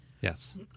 Yes